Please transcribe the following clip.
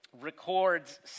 records